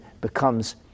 becomes